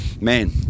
man